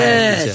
Yes